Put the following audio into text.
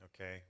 okay